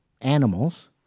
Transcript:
animals